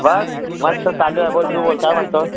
बस मस्त चालू आहे बोल तू बोल काय म्हणतो